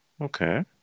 Okay